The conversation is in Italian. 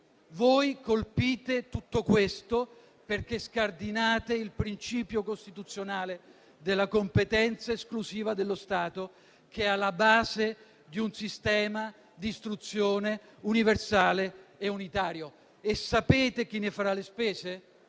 Voi colpite tutto questo, perché scardinate il principio costituzionale della competenza esclusiva dello Stato, che è alla base di un sistema di istruzione universale ed unitario. E sapete chi ne farà le spese?